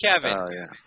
Kevin